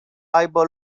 aibă